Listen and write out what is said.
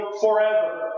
forever